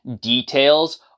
details